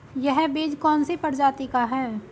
यह बीज कौन सी प्रजाति का है?